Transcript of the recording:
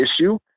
issue